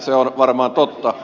se on varmaan totta